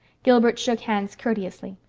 gilbert shook hands courteously.